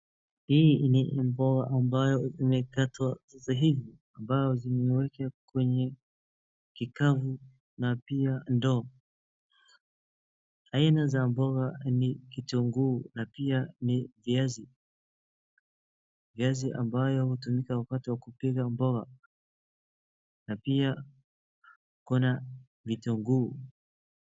Hii ni mboga ambayo imekatwa sahii ,ambayo zimeekwa kwenye kikapu na pia ndoo. Aina za mboga ni kitunguu na pia ni viazi, viazi ambayo hutumika wakati wakupika mboga, na pia kuna vitunguu.